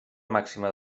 màxima